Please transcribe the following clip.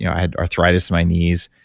you know i had arthritis in my knees,